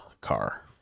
car